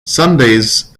sundays